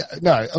no